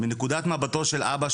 מנקודת מבטו של אבא,